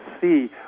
see